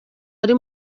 ari